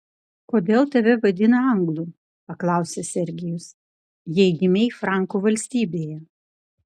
kodėl tave vadina anglu paklausė sergijus jei gimei frankų valstybėje